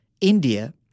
India